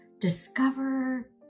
discover